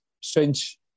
strange